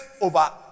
over